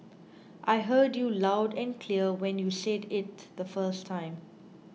I heard you loud and clear when you said it the first time